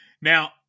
Now